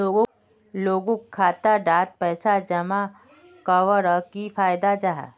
लोगोक खाता डात पैसा जमा कवर की फायदा जाहा?